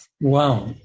Wow